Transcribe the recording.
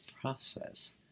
process